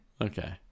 Okay